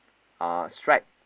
a stripe